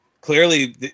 Clearly